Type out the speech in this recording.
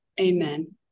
Amen